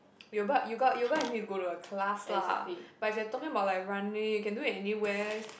you but yoga yoga you need to go to a class lah but if you're talking about like running you can do it anywhere